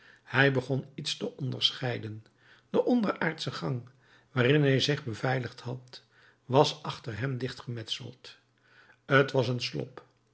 hij begon iets te onderscheiden de onderaardsche gang waarin hij zich beveiligd had was achter hem dichtgemetseld t was een slop